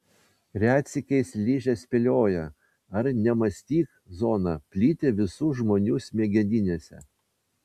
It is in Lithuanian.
retsykiais ližė spėlioja ar nemąstyk zona plyti visų žmonių smegeninėse